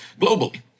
globally